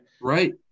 Right